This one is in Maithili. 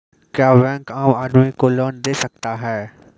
क्या बैंक आम आदमी को लोन दे सकता हैं?